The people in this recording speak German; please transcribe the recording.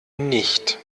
nicht